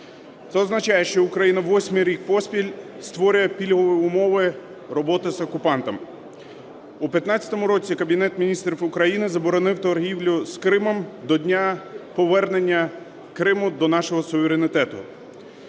Це означає, що Україна восьмий рік поспіль створює пільгові умови роботи з окупантом. У 15-му році Кабінет Міністрів України заборонив торгівлю з Кримом до дня повернення Криму до нашого суверенітету.